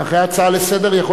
ואחרי ההצעה לסדר-היום,